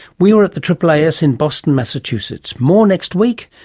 we were at the aaas in boston, massachusetts. more next week.